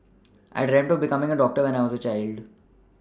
I dreamt of becoming a doctor when I was a child